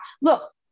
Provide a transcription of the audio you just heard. look